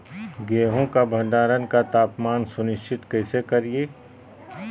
गेहूं का भंडारण का तापमान सुनिश्चित कैसे करिये?